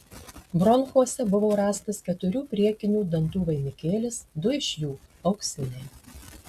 bronchuose buvo rastas keturių priekinių dantų vainikėlis du iš jų auksiniai